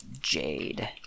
Jade